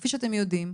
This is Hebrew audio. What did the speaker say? כפי שאתם יודעים,